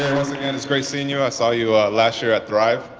it's great seeing you. i saw you last year at thrive.